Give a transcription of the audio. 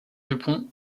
dupont